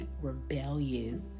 rebellious